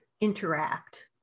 interact